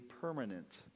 permanent